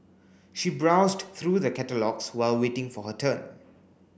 she browsed through the catalogues while waiting for her turn